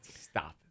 Stop